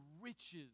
riches